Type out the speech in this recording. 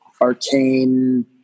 arcane –